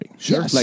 Sure